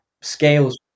scales